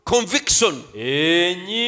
Conviction